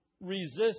resist